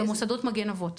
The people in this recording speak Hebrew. במוסדות מגן אבות.